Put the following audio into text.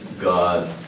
God